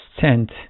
sent